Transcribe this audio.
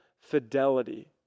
fidelity